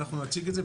אנחנו נציג את זה.